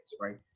right